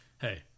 hey